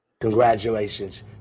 Congratulations